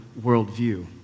worldview